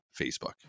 Facebook